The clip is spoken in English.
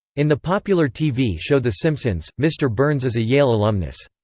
in the popular tv show the simpsons, mr. burns is a yale alumnus.